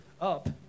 up